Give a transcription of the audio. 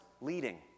leading